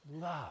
love